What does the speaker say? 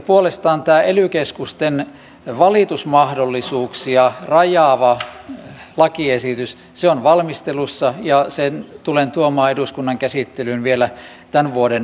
puolestaan tämä ely keskusten valitusmahdollisuuksia rajaava lakiesitys on valmistelussa ja sen tulen tuomaan eduskunnan käsittelyyn vielä tämän vuoden aikana